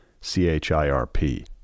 C-H-I-R-P